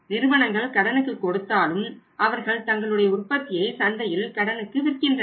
நிறுவனங்கள் கடனுக்கு கொடுத்தாலும் அவர்கள் தங்களுடைய உற்பத்தியை சந்தையில் கடனுக்கு விற்கின்றனர்